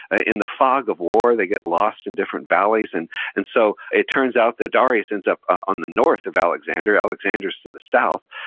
ah in the fog of war, they get lost in different valleys. and and so, it turns out that darius ends up on the north of alexander, alexander's to the south.